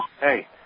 Hey